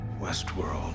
Westworld